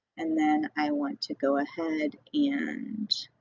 and then i want to go ahead and